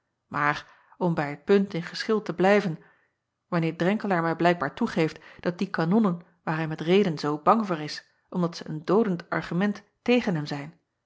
maar om bij het punt in geschil te blijven wanneer renkelaer mij blijkbaar toegeeft dat die kanonnen waar hij met reden zoo bang voor is omdat ze een doodend argument tegen hem zijn